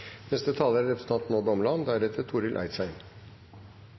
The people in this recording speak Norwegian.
Neste taler er representanten